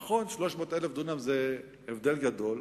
נכון, 300,000 דונם זה הבדל גדול,